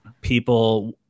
people